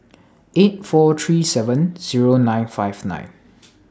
eight four three seven Zero nine five nine